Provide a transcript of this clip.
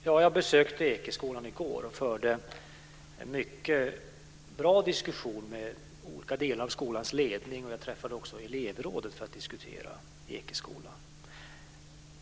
Herr talman! Ja, jag besökte Ekeskolan i går och förde en mycket bra diskussion med olika delar av skolans ledning, och jag träffade också elevrådet för att diskutera Ekeskolan.